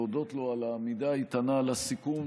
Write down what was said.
להודות לו על העמידה האיתנה על הסיכום,